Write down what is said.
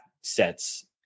sets